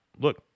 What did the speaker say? look